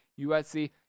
USC